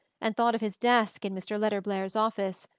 and thought of his desk in mr. letterblair's office,